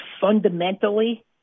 fundamentally